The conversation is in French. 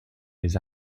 les